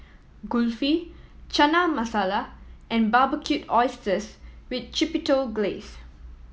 Kulfi Chana Masala and Barbecued Oysters with Chipotle Glaze